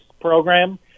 program